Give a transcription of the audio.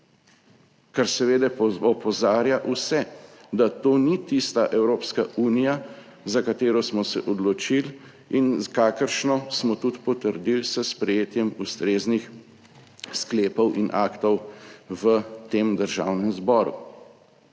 Kar seveda opozarja vse, da to ni tista Evropska unija za katero smo se odločili in kakršno smo tudi potrdili s sprejetjem ustreznih sklepov in aktov v tem Državnem zboru.